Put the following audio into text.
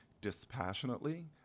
dispassionately